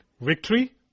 Victory